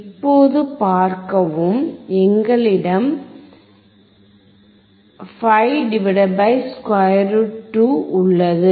இப்போது பார்க்கவும் எங்களிடம் 5 √ 2 உள்ளது